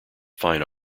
fine